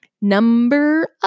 Number